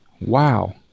wow